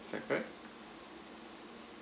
is that correct